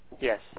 Yes